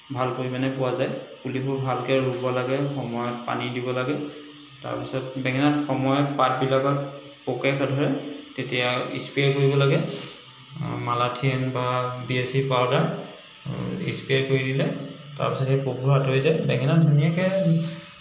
ভাল পৰিমাণে পোৱা যায় পুলিবোৰ ভালকে ৰুব লাগে সময়ত পানী দিব লাগে তাৰ পিছত বেঙেনাত সময়ত পাতবিলাকত পোকে ধৰে তেতিয়া স্প্ৰে' কৰিব লাগে মালাথিন বা B L C powder spray কৰি দিলে তাৰ পাছত সেই পোকবোৰ আঁতৰি যায় বেঙেনা ধুনীয়াকে